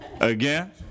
again